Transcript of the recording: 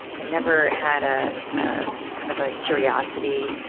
i never had a kind of like curiosity